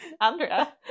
Andrea